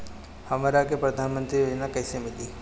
हमरा के प्रधानमंत्री योजना कईसे मिली?